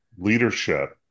leadership